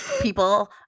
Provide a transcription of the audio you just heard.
people